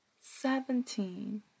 seventeen